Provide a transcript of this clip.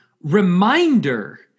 reminder